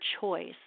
choice